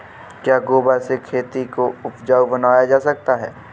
क्या गोबर से खेती को उपजाउ बनाया जा सकता है?